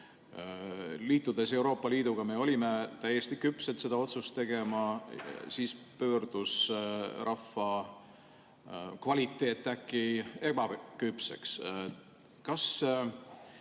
Liitudes Euroopa Liiduga, me olime täiesti küpsed seda otsust tegema, siis pöördus rahva kvaliteet äkki ebaküpseks.